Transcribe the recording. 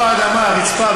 לא האדמה, הרצפה.